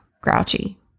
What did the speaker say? grouchy